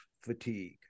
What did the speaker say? fatigue